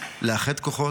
לאחד כוחות,